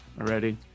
already